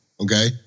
okay